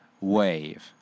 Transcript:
wave